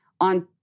on